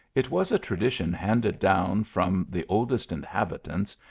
it was a tradition handed down from the oldest inhabitants,